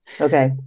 Okay